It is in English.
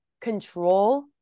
control